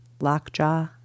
lockjaw